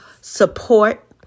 support